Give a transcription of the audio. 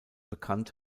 bekannt